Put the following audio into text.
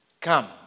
Come